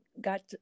got